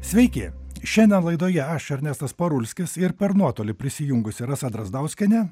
sveiki šiandien laidoje aš ernestas parulskis ir per nuotolį prisijungusi rasa drazdauskienė